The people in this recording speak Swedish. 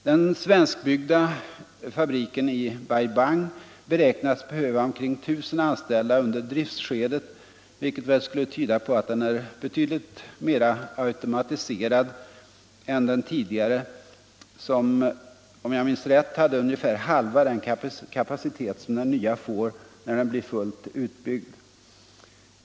Den svenskbyggda fabriken i Bai Bang beräknas behöva omkring 1 000 anställda under driftsskedet, vilket väl skulle tyda på att den är betydligt mer automatiserad än den tidigare, som - om jag minns rätt — hade halva den kapacitet som den nya får när den blir fullt utbyggd.